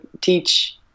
teach